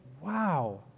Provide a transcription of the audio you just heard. wow